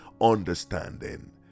understanding